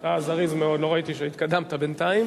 אתה זריז מאוד, לא ראיתי שהתקדמת בינתיים.